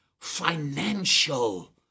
Financial